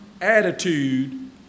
attitude